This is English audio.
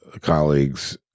colleagues –